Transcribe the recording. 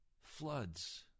floods